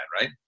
Right